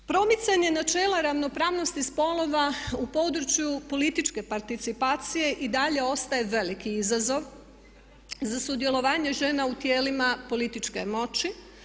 Promicanje načela ravnopravnosti spolova u području političke participacije i dalje ostaje veliki izazov za sudjelovanje žena u tijelima političke moći.